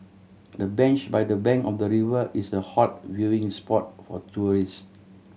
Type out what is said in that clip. the bench by the bank of the river is a hot viewing spot for tourist